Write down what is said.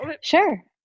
sure